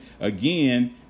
Again